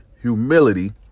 humility